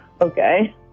Okay